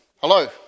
Hello